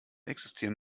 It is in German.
existieren